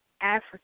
Africa